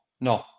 no